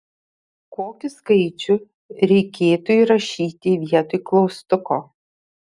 kokį skaičių reikėtų įrašyti vietoj klaustuko